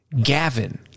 Gavin